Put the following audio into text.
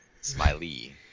Smiley